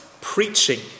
Preaching